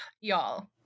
y'all